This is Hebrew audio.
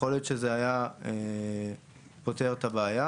כי אז יכול להיות שזה היה פותר את הבעיה.